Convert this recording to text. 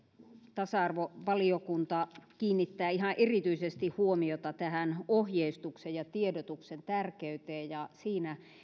tasa arvovaliokunta kiinnittää ihan erityisesti huomiota ohjeistuksen ja tiedotuksen tärkeyteen ja siinä